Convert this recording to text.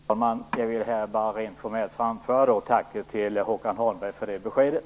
Fru talman! Jag vill då bara rent formellt framföra tacket till Håkan Holmberg för det beskedet.